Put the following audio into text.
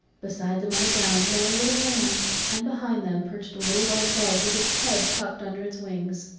beside them on the ground lay a little lamb, and behind them perched a little white dove with its head tucked under its wings.